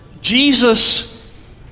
Jesus